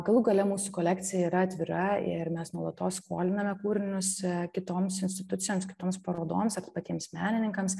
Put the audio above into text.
galų gale mūsų kolekcija yra atvira ir mes nuolatos skoliname kūrinius kitoms institucijoms kitoms parodoms ar patiems menininkams